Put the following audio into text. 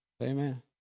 Amen